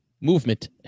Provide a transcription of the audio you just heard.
movement